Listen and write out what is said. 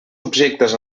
objectes